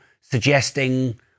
suggesting